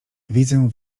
widzę